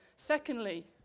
Secondly